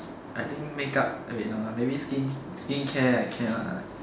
I think make up oh wait no lah maybe skincare I cannot